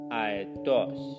aetos